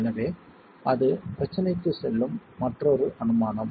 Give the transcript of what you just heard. எனவே அது பிரச்சனைக்கு செல்லும் மற்றொரு அனுமானம்